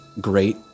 great